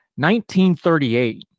1938